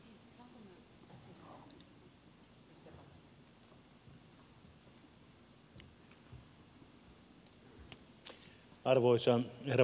arvoisa herra puhemies